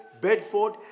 Bedford